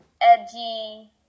edgy